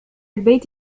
البيت